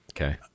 Okay